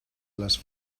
les